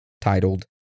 titled